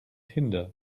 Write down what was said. hinder